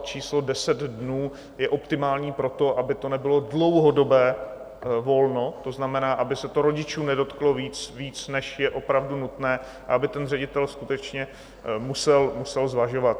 Číslo deset dnů je optimální pro to, aby to nebylo dlouhodobé volno, to znamená, aby se to rodičů nedotklo víc, než je opravdu nutné, a aby ten ředitel skutečně musel zvažovat.